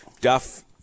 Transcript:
Duff